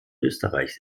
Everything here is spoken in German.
österreichs